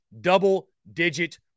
double-digit